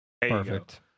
Perfect